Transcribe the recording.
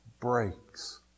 breaks